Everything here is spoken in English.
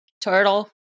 Turtle